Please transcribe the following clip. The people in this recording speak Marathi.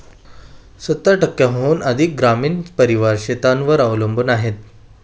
सत्तर टक्क्यांहून अधिक ग्रामीण परिवार शेतीवर अवलंबून आहेत